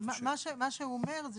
לא, אבל מה שהוא אומר זה